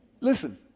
Listen